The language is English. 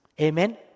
Amen